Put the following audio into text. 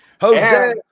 Jose